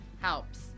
helps